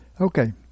Okay